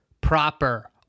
Proper